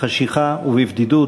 בחשכה ובבדידות,